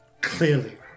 Clearly